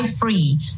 free